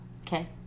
Okay